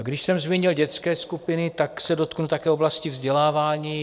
Když jsem zmínil dětské skupiny, tak se dotknu také oblasti vzdělávání.